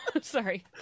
sorry